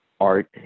art